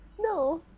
No